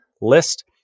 list